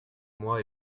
moi